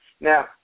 Now